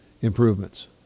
improvements